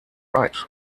right